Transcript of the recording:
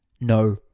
No